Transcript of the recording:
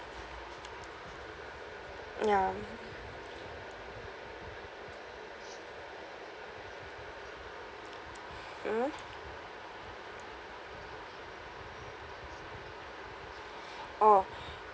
ya mmhmm oh